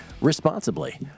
responsibly